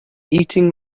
eating